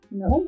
no